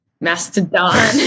mastodon